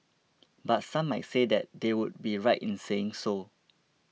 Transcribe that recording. but some might say they would be right in saying so